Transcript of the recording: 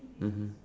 mmhmm